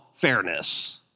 fairness